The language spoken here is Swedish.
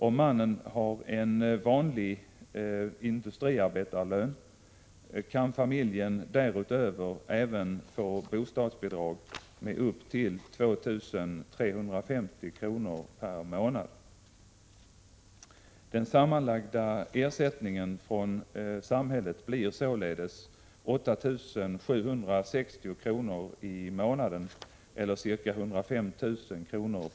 Om mannnen har en vanlig industriarbetarlön kan familjen därutöver även få bostadsbidrag på upp till 2 350 kr. per månad. Den sammanlagda ersättningen från samhället blir således 8 760 kr. i månaden eller ca 105 000 kr.